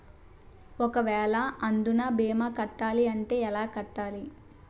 ఒక వేల అందునా భీమా కట్టాలి అంటే ఎలా కట్టాలి?